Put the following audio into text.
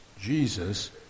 Jesus